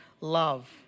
love